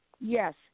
Yes